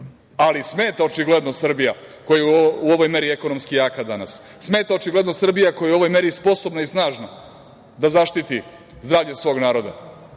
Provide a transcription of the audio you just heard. Ali, smeta, očigledno Srbija, koja je u ovom meri jaka danas. Smeta očigledno Srbija koja je u ovoj meri sposobna i snažna da zaštiti zdravlje svog naroda.